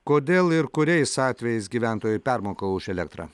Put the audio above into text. kodėl ir kuriais atvejais gyventojai permoka už elektrą